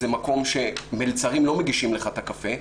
זה מקום שמלצרים לא מגישים לך את הקפה.